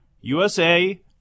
USA